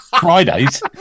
Fridays